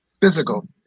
physical